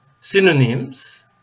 synonyms